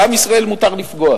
בעם ישראל מותר לפגוע,